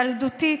ילדותיות